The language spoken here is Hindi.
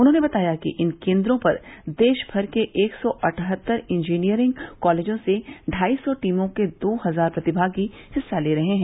उन्होंने बताया कि इन केन्द्रों पर देश भर के एक सौ अठहत्तर इंजीनियरिंग कॉलेजों से ढाई सौ टीमों के दो हजार प्रतिभागी हिस्सा ले रहे हैं